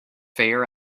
fair